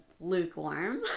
lukewarm